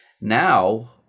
now